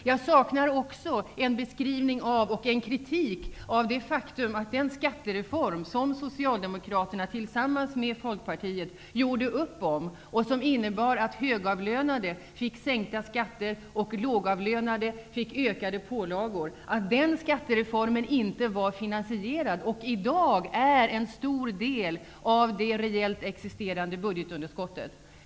Jag saknar också en beskrivning av och kritik mot det faktum att den skattereform som Folkpartiet, och som innebar att högavlönade fick sänkta skatter och lågavlönade fick ökade pålagor, inte var finansierad. Den är skuld till en stor del av det i dag existerande budgetunderskottet.